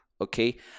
Okay